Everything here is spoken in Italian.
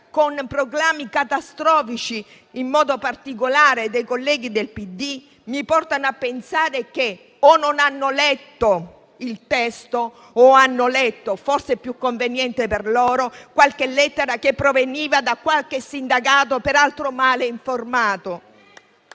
con proclami catastrofici, in modo particolare da parte dei colleghi del PD, mi portano a pensare che o non hanno letto il testo o hanno letto - forse in modo più conveniente per loro - qualche lettera che proveniva da qualche sindacato, peraltro male informato.